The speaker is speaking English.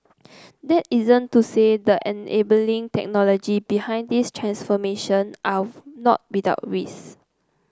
that isn't to say the enabling technologies behind these transformation are not without risk